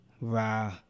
Wow